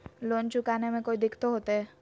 Loan चुकाने में कोई दिक्कतों होते?